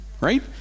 right